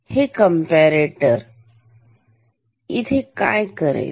हे कॅम्पारेटर इथे काय करेल